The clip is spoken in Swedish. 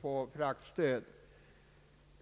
få fraktstöd.